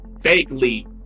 vaguely